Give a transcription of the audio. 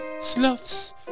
sloths